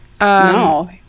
No